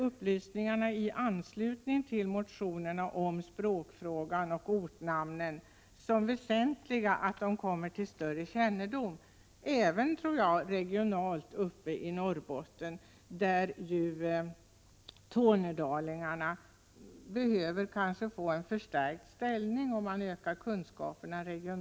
Upplysningarna i anslutning till motionerna om språkfrågan och ortnamnen är så väsentliga att de bör komma till större kännedom. Detta gäller även regionalt uppe i Norrbotten, där tornedalingarna kanske behöver få en förstärkt ställning.